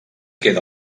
queda